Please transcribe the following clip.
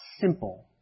simple